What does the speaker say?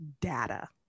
data